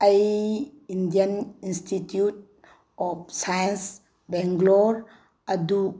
ꯑꯩ Indian Institute of Science Bangalore ꯑꯗꯨ